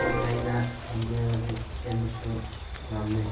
ꯃꯨꯠ ꯂꯩꯅ ꯂꯝꯖꯦꯜ ꯑꯗꯨ ꯆꯦꯟꯕꯁꯨ ꯉꯝꯃꯤ